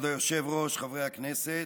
כבוד היושב-ראש, חברי הכנסת,